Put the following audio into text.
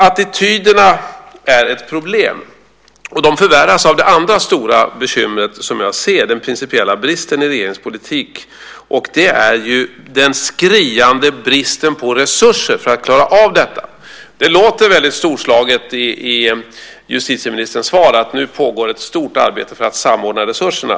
Attityderna är ett problem, och de förvärras av det andra stora bekymret som jag ser, den principiella bristen i regeringens politik, och det är den skriande bristen på resurser för att klara av detta. Det låter väldigt storslaget i justitieministerns svar, att nu pågår ett stort arbete för att samordna resurserna.